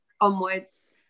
onwards